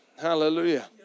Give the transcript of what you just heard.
hallelujah